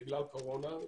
בגלל הקורונה,